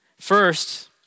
First